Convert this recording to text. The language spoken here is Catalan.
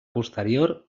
posterior